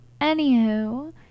anywho